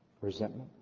Resentment